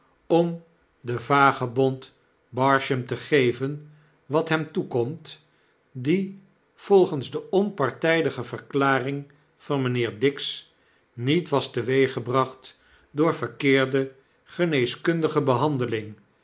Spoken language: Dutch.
om denvagebond barsham te geven wat hem toekomt die volgens de onpartydige verklaring van mynheer dix niet was teweeggebracht door verkeerde geneeskundige behandeling